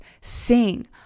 Sing